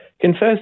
confess